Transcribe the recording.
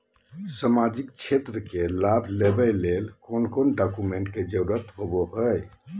सामाजिक क्षेत्र के लाभ लेबे ला कौन कौन डाक्यूमेंट्स के जरुरत होबो होई?